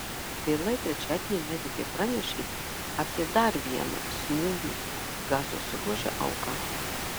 vėlai trečiadienį medikai pranešė apie dar vieną smūgių gazos ruože auką